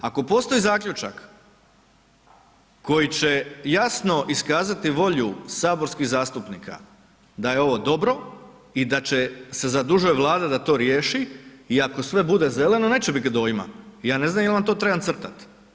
Ako postoji zaključak koji će jasno iskazati volju saborskih zastupnika da je ovo dobro i da se zadužuje Vlada da to riješi i ako sve bude zeleno, neće ... ja ne znam jel' vam to trebam crtat.